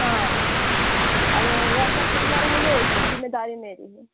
हाँ अब वर्कर कितने रहेंगे इसकी ज़िम्मेदारी मेरी है